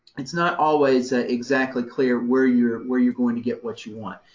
it's not always ah exactly clear where you're, where you're going to get what you want.